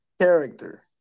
Character